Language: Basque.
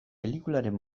pelikularen